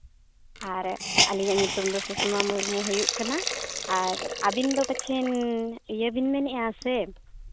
ᱟᱨ ᱟᱹᱞᱤᱧᱟᱜ ᱧᱩᱛᱩᱢ ᱫᱚ ᱥᱩᱥᱚᱢᱟ ᱢᱩᱨᱢᱩ ᱦᱩᱭᱩᱜ ᱠᱟᱱᱟ ᱟᱨ ᱟᱹᱵᱤᱱ ᱫᱚ ᱯᱟᱪᱷᱮᱱ ᱤᱭᱟᱹ ᱵᱤᱱ ᱢᱮᱱᱮᱫᱼᱟ ᱥᱮ